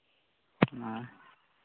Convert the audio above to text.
ᱚ